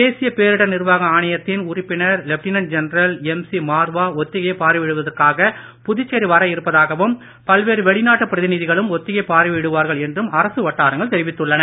தேசிய பேரிடர் நிர்வாக ஆணையத்தின் உறுப்பினர் லெப்டினன்ட் ஜென்ரல் எம்சி மார்வா ஒத்திகையை பார்வையிடுவதற்காக புதுச்சேரி வர இருப்பதாகவும் பல்வேறு வெளிநாட்டு பிரதிநிதிகளும் ஒத்திகையை பார்வையிடுவார்கள் என்றும் அரசு வட்டாரங்கள் தெரிவித்துள்ளன